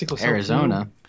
Arizona